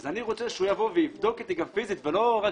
אני רוצה שהוא יבוא ויבדוק את זה גם פיזית ולא רק